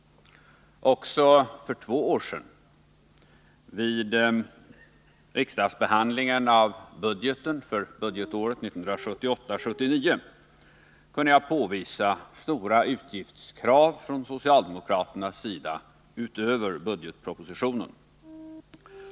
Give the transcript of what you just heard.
Också för två år sedan, vid riksdagsbehandlingen av budgeten för budgetåret 1978/79, kunde jag påvisa stora utgiftskrav utöver budgetpropositionen från socialdemokraternas sida.